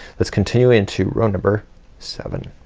let's continue into row number seven.